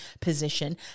position